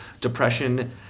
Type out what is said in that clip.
depression